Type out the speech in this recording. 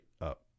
up